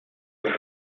явах